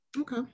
okay